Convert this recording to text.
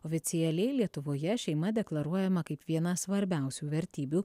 oficialiai lietuvoje šeima deklaruojama kaip viena svarbiausių vertybių